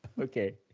Okay